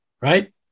right